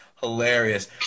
Hilarious